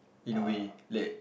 in a way that